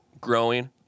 growing